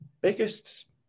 biggest